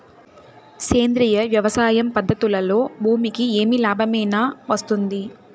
సేంద్రియ వ్యవసాయం పద్ధతులలో భూమికి ఏమి లాభమేనా వస్తుంది?